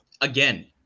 again